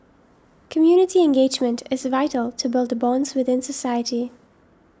community engagement is vital to build the bonds within society